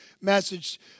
message